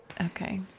Okay